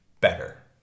better